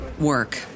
work